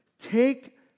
take